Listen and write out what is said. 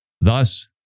Thus